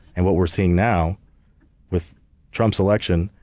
and what we're seeing now with trump's election,